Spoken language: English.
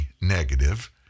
negative